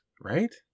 right